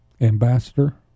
ambassador